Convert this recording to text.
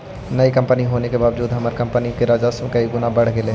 नई कंपनी होने के बावजूद हमार कंपनी का राजस्व कई गुना बढ़ गेलई हे